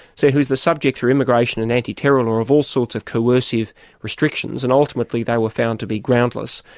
so, he was the subject through immigration and anti-terror law of all sorts of coercive restrictions, and ultimately they were found to be groundless,